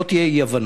שלא תהיה אי-הבנה.